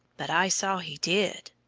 but i saw he did.